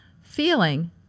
feeling